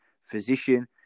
physician